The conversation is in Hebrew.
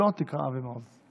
לו תקרא אבי מעוז.